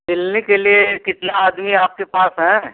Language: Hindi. सिलने के लिए कितना आदमी आपके पास हैं